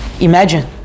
Imagine